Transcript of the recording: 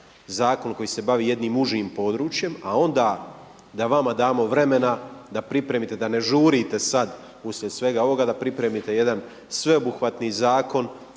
zakon koji se bavi jednim užim područjem a onda da vama damo vremena da pripremite, da ne žurite sada uslijed svega ovoga, da pripremite jedan sveobuhvatni zakon